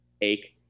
ache